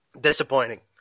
Disappointing